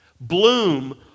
Bloom